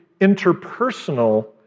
interpersonal